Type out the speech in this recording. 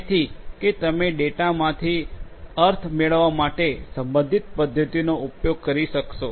તેથી કે તમે ડેટામાંથી અર્થ મેળવવા માટે સંબંધિત પદ્ધતિઓનો ઉપયોગ કરી શકશો